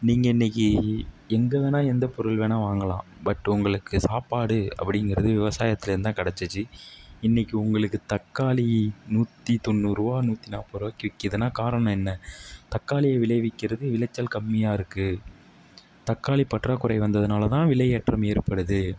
நீங்கள் இன்றைக்கி எங்கே வேணால் எந்தப் பொருள் வேணால் வாங்கலாம் பட் உங்களுக்குச் சாப்பாடு அப்படிங்கிறது விவசாயத்தில் இருந்து தான் கிடைச்சிச்சு இன்றைக்கி உங்களுக்கு தக்காளி நூற்றி தொண்ணூறு ரூபா நூற்றி நாப்பது ரூபாயிக்கு விற்குதுன்னா காரணம் என்ன தக்காளி விளைவிக்கிறது விளைச்சல் கம்மியாக இருக்குது தக்காளி பற்றாக்குறை வந்ததுனால் தான் விலை ஏற்றம் ஏற்படுது